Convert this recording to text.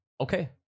okay